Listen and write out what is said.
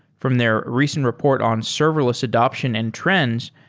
from their recent report on serverless adaption and trends,